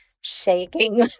shaking